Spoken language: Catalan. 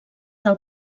del